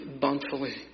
bountifully